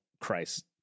Christ